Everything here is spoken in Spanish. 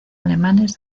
alemanes